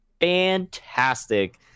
fantastic